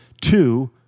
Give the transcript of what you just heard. Two